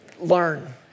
learn